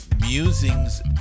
Musings